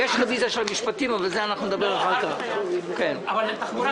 הצבעה בעד,